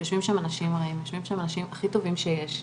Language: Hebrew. יושבים שם אנשים הכי טובים שיש,